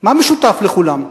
מה משותף לכולם?